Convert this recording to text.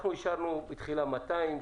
אנחנו אישרנו בתחילה 200,